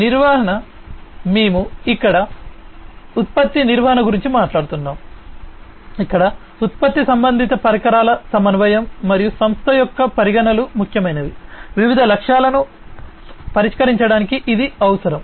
నిర్వహణ మేము ఇక్కడ ఉత్పత్తి నిర్వహణ గురించి మాట్లాడుతున్నాము ఇక్కడ ఉత్పత్తి సంబంధిత పరికరాల సమన్వయం మరియు సంస్థ యొక్క పరిగణనలు ముఖ్యమైనవి వివిధ లక్ష్యాలను పరిష్కరించడానికి ఇది అవసరం